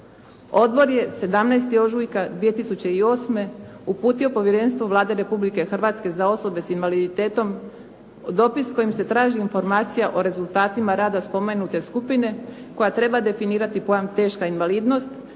Odbor je 17. ožujka 2008. uputio Povjerenstvu Vlade Republike Hrvatske za osobe s invaliditetom dopis kojim se traži informacija o rezultatima rada spomenute skupine koja treba definirati pojam teška invalidnost